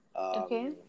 Okay